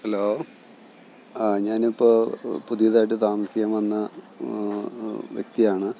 hello ആ ഞാൻ ഇപ്പോൾ പുതിയതായിട്ട് താമസിക്കാൻ വന്ന വ്യക്തിയാണ്